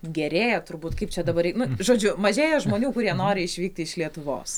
gerėja turbūt kaip čia dabar nu žodžiu mažėja žmonių kurie nori išvykti iš lietuvos